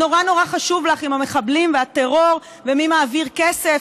נורא נורא חשוב לך מהמחבלים והטרור ומי מעביר כסף.